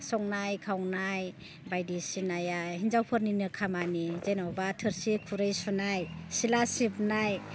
संनाय खावनाय बायदिसिनाया हिन्जावफोरनिनो खामानि जेन'बा थोरसि खुरै सुनाय सिला सिबनाय